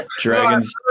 Dragons